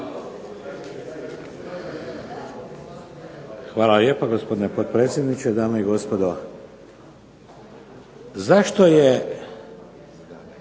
Hvala lijepa gospodine potpredsjedniče, dame i gospodo. Zašto je